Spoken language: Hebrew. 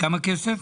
כמה כסף?